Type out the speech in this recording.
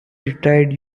retired